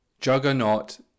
Juggernaut